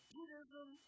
Buddhism